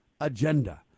agenda